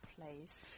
place